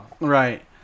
right